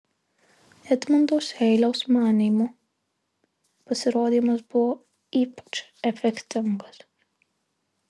edmundo seiliaus manymu pasirodymas buvo ypač efektingas